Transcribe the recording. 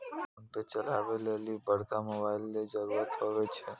PhonePe चलबै लेली बड़का मोबाइल रो जरुरत हुवै छै